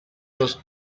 los